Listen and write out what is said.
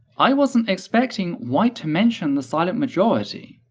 i wasn't expecting white to mention the silent majority.